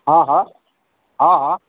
हॅं हॅं आ हॅं